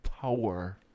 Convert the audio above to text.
power